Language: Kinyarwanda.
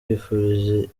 yifurije